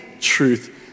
truth